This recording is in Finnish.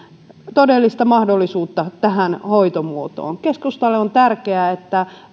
todellista mahdollisuutta tähän hoitomuotoon keskustalle on tärkeää että